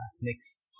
next